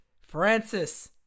Francis